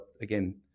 again